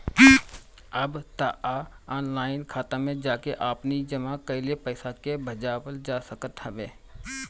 अब तअ ऑनलाइन खाता में जाके आपनी जमा कईल पईसा के भजावल जा सकत हवे